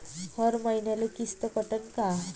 हर मईन्याले किस्त कटन का?